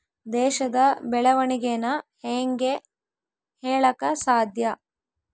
ದೇಶದ ಬೆಳೆವಣಿಗೆನ ಹೇಂಗೆ ಹೇಳಕ ಸಾಧ್ಯ?